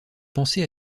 penser